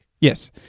Yes